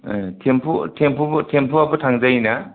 ओं थेम्फु थेम्फुआबो थांजायो ना